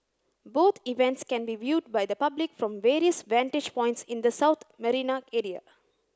both events can be viewed by the public from various vantage points in the South Marina area